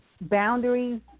boundaries